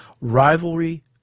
Rivalry